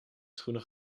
schoenen